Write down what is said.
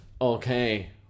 Okay